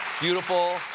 Beautiful